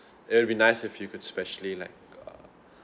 it'll be nice if you could specially like uh